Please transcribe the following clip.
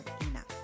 enough